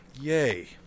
yay